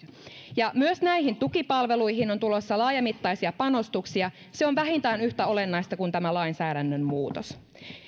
ja myös näihin tukipalveluihin on tulossa laajamittaisia panostuksia se on vähintään yhtä olennaista kuin tämä lainsäädännön muutos